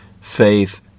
faith